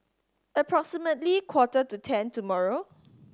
approximately quarter to ten tomorrow